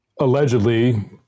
allegedly